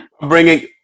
bringing